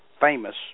famous